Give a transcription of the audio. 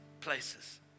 places